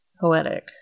Poetic